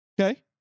Okay